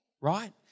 right